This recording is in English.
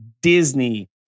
Disney